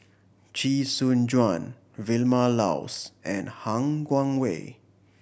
Chee Soon Juan Vilma Laus and Han Guangwei